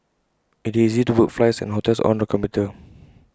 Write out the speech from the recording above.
IT is easy to book flights and hotels on the computer